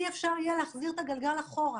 אי-אפשר יהיה להחזיר את הגלגל אחורה.